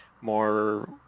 more